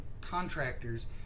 contractors